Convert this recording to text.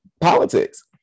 politics